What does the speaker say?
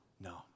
No